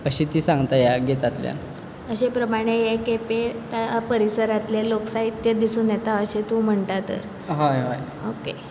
अशी ती सांगतां ह्या गितांतल्यान अशें प्रमाणे हे केपें परिसरांतलें लोक साहित्य दिसून येता अशें तूं म्हणटा तर हय हय ओके